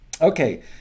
Okay